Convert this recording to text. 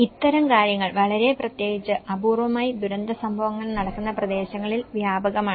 ഇത്തരം കാര്യങ്ങൾ വളരെ പ്രത്യേകിച്ച് അപൂർവ്വമായി ദുരന്ത സംഭവങ്ങൾ നടക്കുന്ന പ്രദേശങ്ങളിൽ വ്യാപകമാണ്